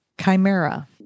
Chimera